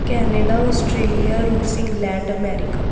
Canada Australia ਰੂਸ England America